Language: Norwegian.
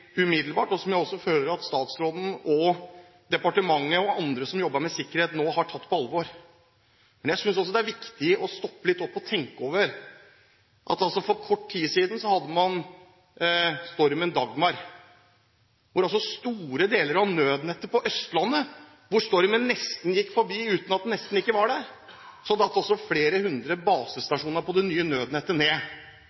umiddelbart, og som jeg også føler at statsråden og departementet og andre som jobber med sikkerhet, nå har tatt på alvor. Men jeg synes også det er viktig å stoppe litt opp og tenke over at man for kort tid siden hadde stormen «Dagmar», og store deler av nødnettet på Østlandet, hvor stormen nesten gikk forbi og den nesten ikke var der, falt ut. Flere